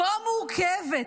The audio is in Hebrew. כה מורכבת,